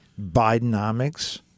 Bidenomics